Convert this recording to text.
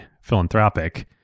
philanthropic